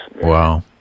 Wow